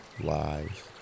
lives